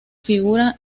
figura